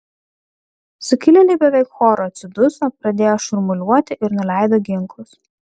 sukilėliai beveik choru atsiduso pradėjo šurmuliuoti ir nuleido ginklus